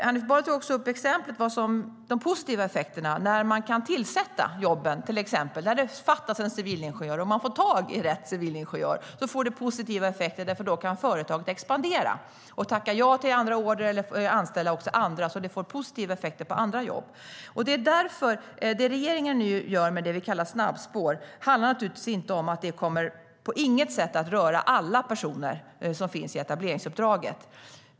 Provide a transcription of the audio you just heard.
Hanif Bali tog upp de positiva effekterna när jobb kan tillsättas. Om det till exempel fattas en civilingenjör och man får tag i rätt person får det positiva effekter. Företaget kan expandera, tacka ja till order och anställa fler så att det blir positiva effekter också på andra jobb. Det regeringen nu gör genom det vi kallar snabbspår kommer på intet sätt att beröra alla personer som finns i etableringsuppdraget.